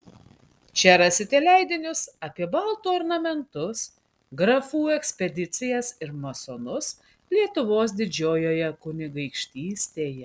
čia rasite leidinius apie baltų ornamentus grafų ekspedicijas ir masonus lietuvos didžiojoje kunigaikštystėje